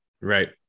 right